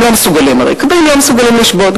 הרי הם לא מסוגלים, כבאים לא מסוגלים לשבות.